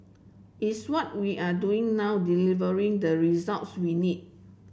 is what we are doing now delivering the results we need